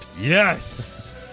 Yes